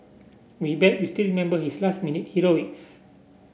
we bet you still remember his last minute heroics